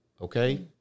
okay